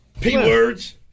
P-words